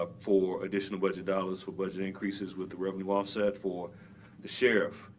ah for additional budget dollars, for budget increases with the revenue offset for the sheriff,